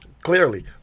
Clearly